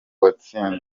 uwatsinze